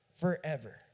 forever